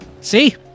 See